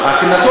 בשנתיים.